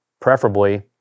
preferably